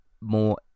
more